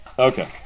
Okay